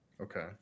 Okay